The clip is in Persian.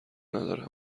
نداره